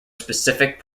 specific